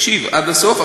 תקשיב עד הסוף,